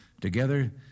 Together